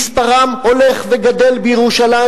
מספרם הולך וגדל בירושלים.